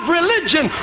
religion